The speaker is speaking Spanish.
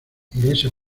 iglesia